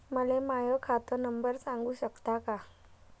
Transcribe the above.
मले माह्या खात नंबर सांगु सकता का?